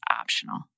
optional